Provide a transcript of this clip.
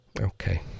Okay